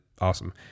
awesome